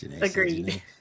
Agreed